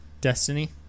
Destiny